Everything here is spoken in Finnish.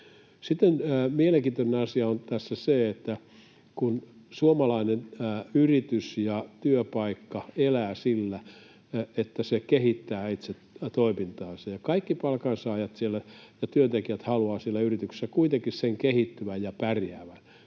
Mielenkiintoinen asia on tässä se, että suomalainen yritys ja työpaikka elää sillä, että se kehittää itse toimintaansa, ja kaikki palkansaajat ja työntekijät haluavat siellä yrityksessä kuitenkin sen kehittyvän ja pärjäävän.